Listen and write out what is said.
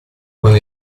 con